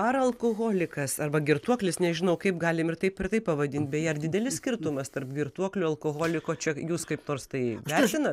ar alkoholikas arba girtuoklis nežinau kaip galim ir taip ir taip pavadint beje ar didelis skirtumas tarp girtuoklio alkoholiko čia jūs kaip nors tai vertinat